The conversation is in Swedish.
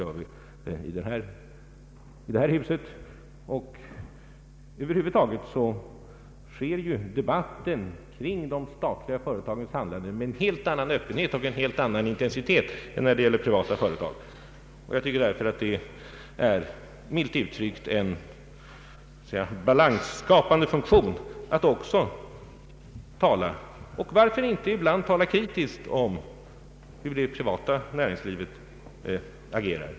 Över huvud taget har debatten kring de statliga företagens handlande en helt annan öppenhet och en helt annan intensitet än debatten när det gäller privata företag. Det är därför milt uttryckt en balansskapande funktion att också tala om — och varför inte ibland kritiskt — hur det privata näringslivet agerar.